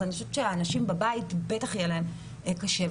אז לאנשים בבית בוודאי שיהיה להם קשה.